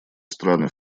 страны